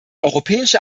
europäische